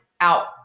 out